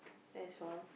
as for